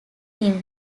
new